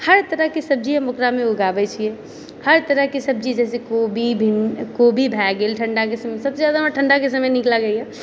हर तरहके सब्जी हम ओकरामे ऊगाबै छी हर तरहके सब्जी जैसे कोबी भिन्डी कोबी भए गेल ठण्डाके समय सबसँ जादा हमरा ठण्डाके समय नीक लागैए